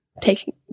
taking